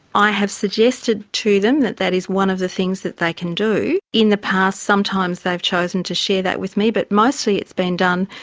i have suggested to them that that is one of the things that they can do. in the past sometimes they've chosen to share that with me, but mostly it's been done,